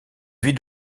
vie